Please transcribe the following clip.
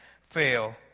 fail